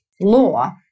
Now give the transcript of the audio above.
law